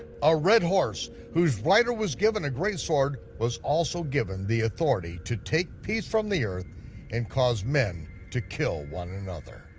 a red horse, whose rider was given a great sword, was also given the authority to take peace from the earth and cause men to kill one another.